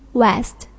west